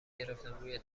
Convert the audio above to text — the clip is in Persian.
گرفتم، روی